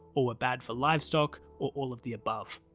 or were bad for livestock, or all of the above.